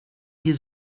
hier